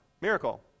Miracle